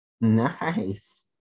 Nice